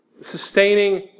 Sustaining